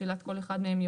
בתחילת כל אחד מהם,